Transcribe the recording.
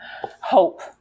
hope